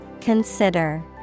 Consider